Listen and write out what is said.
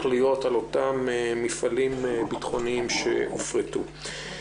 להיות על אותם מפעלים ביטחוניים שהופרטו.